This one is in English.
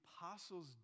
apostles